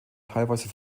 teilweise